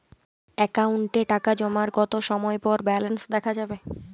অ্যাকাউন্টে টাকা জমার কতো সময় পর ব্যালেন্স দেখা যাবে?